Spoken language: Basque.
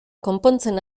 konpontzen